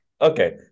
okay